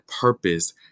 purpose